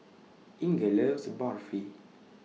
Inger loves Barfi